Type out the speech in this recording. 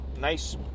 nice